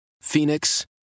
Phoenix